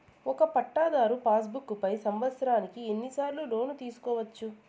ఒక పట్టాధారు pass book పై సంవత్సరానికి ఎన్ని సార్లు లోను తీసుకోవచ్చు?